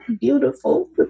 beautiful